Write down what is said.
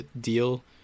deal